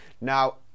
Now